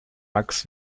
max